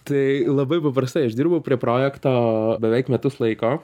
tai labai paprastai aš dirbau prie projekto beveik metus laiko